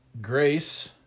Grace